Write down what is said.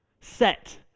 Set